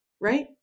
right